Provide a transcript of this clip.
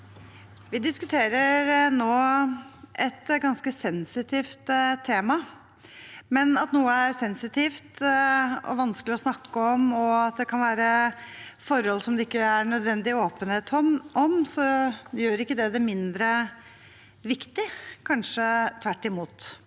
Vi diskute- rer nå et ganske sensitivt tema, men at noe er sensitivt og vanskelig å snakke om, og at det kan være forhold som det ikke er nødvendig åpenhet om, gjør det ikke mindre viktig – kanskje tvert imot.